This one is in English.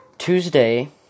Tuesday